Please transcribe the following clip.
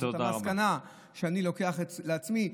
זו המסקנה שאני לוקח לעצמי,